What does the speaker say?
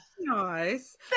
nice